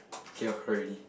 okay ah correct already